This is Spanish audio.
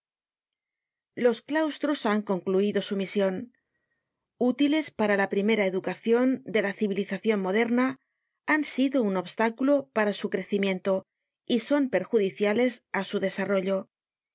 los claustros han concluido su mision utiles para la primera educacion de la civilizacion moderna han sido un obstáculo para su crecimiento y son perjudiciales á su desarrollo